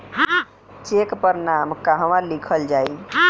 Check पर नाम कहवा लिखल जाइ?